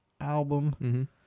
album